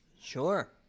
sure